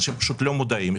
אנשים פשוט לא מודעים.